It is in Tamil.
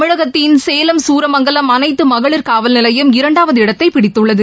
தமிழகத்தின் சேலம் சூரமங்கலம் அனைத்து மகளிர் காவல் நிலையம் இரண்டாவது இடத்தை பிடத்துள்ளது